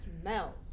smells